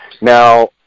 now